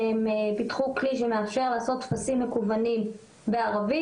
שפיתחו כלי שמאפשר לעשות טפסים מקוונים בערבית,